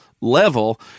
Level